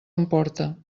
emporta